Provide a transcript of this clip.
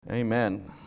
Amen